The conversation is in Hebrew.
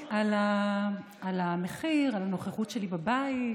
על המחיר, על הנוכחות שלי בבית.